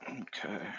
Okay